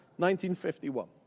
1951